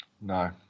No